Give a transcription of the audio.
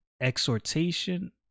exhortation